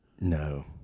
No